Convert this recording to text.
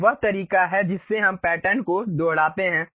यह वह तरीका है जिससे हम पैटर्न को दोहराते हैं